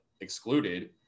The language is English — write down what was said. excluded